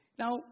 Now